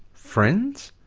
friends?